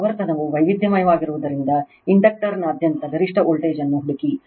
ಆವರ್ತನವು ವೈವಿಧ್ಯಮಯವಾಗಿರುವುದರಿಂದ ಇಂಡಕ್ಟರ್ನಾದ್ಯಂತ ಗರಿಷ್ಠ ವೋಲ್ಟೇಜ್ ಅನ್ನು ಹುಡುಕಿ